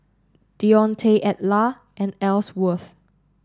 Dionte Edla and Elsworth